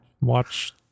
Watch